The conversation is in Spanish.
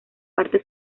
parte